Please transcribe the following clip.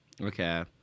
Okay